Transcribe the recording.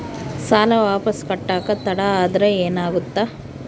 ಸಾಲ ವಾಪಸ್ ಕಟ್ಟಕ ತಡ ಆದ್ರ ಏನಾಗುತ್ತ?